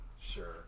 Sure